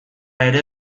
ere